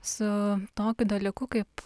su tokiu dalyku kaip